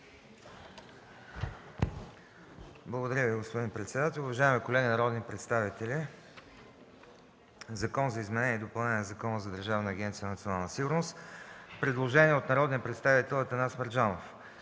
Благодаря Ви, господин председател. Уважаеми колеги народни представители! „Закон за изменение и допълнение на Закона за Държавна агенция „Национална сигурност”. Предложение от народния представител Атанас Мерджанов,